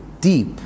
deep